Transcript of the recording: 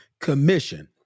Commission